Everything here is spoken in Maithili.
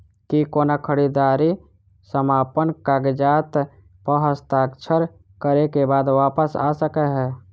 की कोनो खरीददारी समापन कागजात प हस्ताक्षर करे केँ बाद वापस आ सकै है?